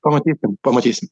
pamatysim pamatysim